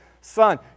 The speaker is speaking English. Son